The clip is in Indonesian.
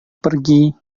pergi